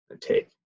take